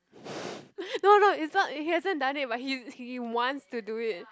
no no is not he hasn't done it but he he wants to do it